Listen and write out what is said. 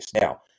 Now